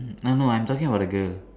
uh no I'm talking about the girl